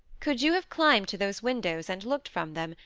could you have climbed to those windows, and looked from them,